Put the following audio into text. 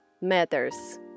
matters